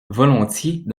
volontiers